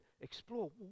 explore